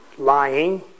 Lying